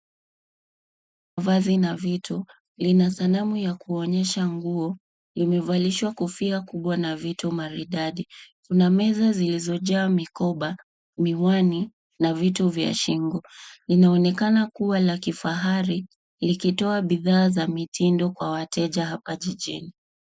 Vazi na vitu vina sanamu ya kuonyesha nguo limevalishwa kofia na vitu maridadi kuna meza zilizojaa mikoba, miwani na vitu vya shingo. Linaonekana kuwa la kifahari likitoa bidhaa za mitindo kwa wateja jijini.